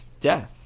death